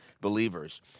believers